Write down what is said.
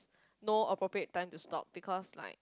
not appropriate time to stop because like